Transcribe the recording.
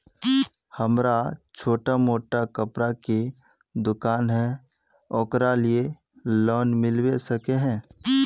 हमरा छोटो मोटा कपड़ा के दुकान है ओकरा लिए लोन मिलबे सके है?